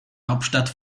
hauptstadt